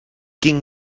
quin